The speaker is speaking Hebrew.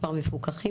מספר מפקחים,